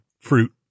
fruit